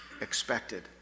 Expected